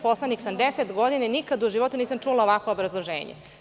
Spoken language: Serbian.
Poslanik sam 10 godina i nikad u životu nisam čula ovakvo obrazloženje.